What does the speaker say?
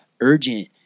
urgent